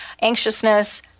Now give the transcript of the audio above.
anxiousness